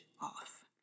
off